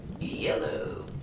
Yellow